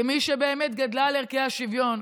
כמי שבאמת גדלה על ערכי השוויון,